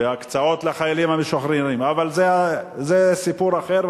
והקצאות לחיילים משוחררים, אבל זה סיפור אחר.